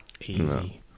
easy